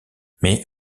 mais